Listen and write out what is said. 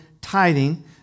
tithing